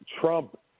Trump